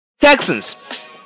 Texans